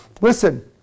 Listen